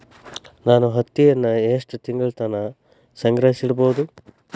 ನಾನು ಹತ್ತಿಯನ್ನ ಎಷ್ಟು ತಿಂಗಳತನ ಸಂಗ್ರಹಿಸಿಡಬಹುದು?